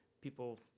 people